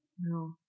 No